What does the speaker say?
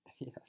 Yes